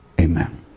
Amen